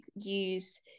use